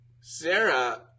Sarah